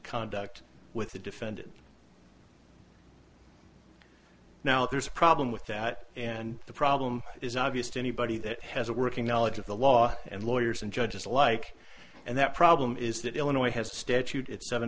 conduct with the defendant now there's a problem with that and the problem is obvious to anybody that has a working knowledge of the law and lawyers and judges alike and that problem is that illinois has a statute at seven